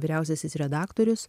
vyriausiasis redaktorius